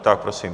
Tak prosím.